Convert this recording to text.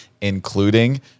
including